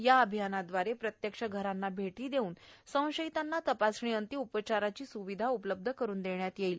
या अभियानाद्वारे प्रत्यक्ष घरांना भेटी देऊन संशयितांना तपासणीअंती उपचाराची स्रविधा उपलब्ध करून देण्यात येणार आहे